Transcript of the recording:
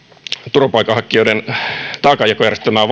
turvapaikanhakijoiden taakanjakojärjestelmää